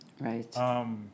Right